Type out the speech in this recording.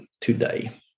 today